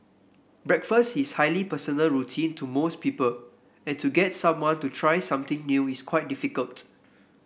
breakfast is highly personal routine to most people and to get someone to try something new is quite difficult